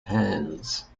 hands